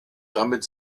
damit